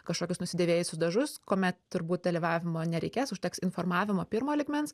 kažkokius nusidėvėjusius dažus kuomet turbūt dalyvavimo nereikės užteks informavimo pirmo lygmens